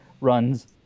runs